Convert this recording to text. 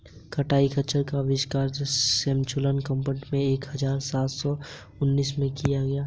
कताई खच्चर का आविष्कार सैमुअल क्रॉम्पटन ने एक हज़ार सात सौ उनासी में किया था